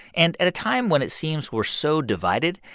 and at a time when it seems we're so divided,